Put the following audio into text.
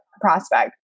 prospect